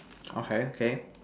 okay okay